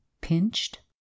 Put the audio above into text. pinched